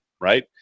right